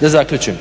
Da zaključim.